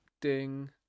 Ding